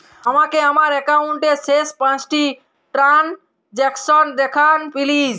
আমাকে আমার একাউন্টের শেষ পাঁচটি ট্রানজ্যাকসন দেখান প্লিজ